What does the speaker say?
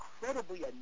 incredibly